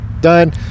done